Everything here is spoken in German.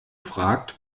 fragt